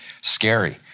scary